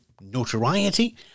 notoriety